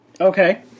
Okay